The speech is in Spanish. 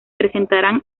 presentarán